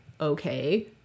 okay